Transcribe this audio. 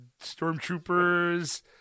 stormtroopers